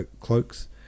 cloaks